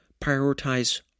prioritize